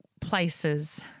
places